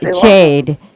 Jade